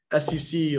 sec